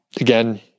again